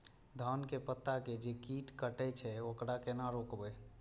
धान के पत्ता के जे कीट कटे छे वकरा केना रोकबे?